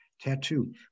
tattoo